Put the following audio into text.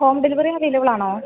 home delivery അവൈലബ്ളാണോ